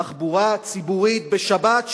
תחבורה ציבורית בשבת,